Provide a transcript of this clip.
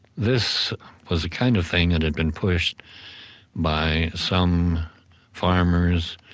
this was the kind of thing that had been pushed by some farmers,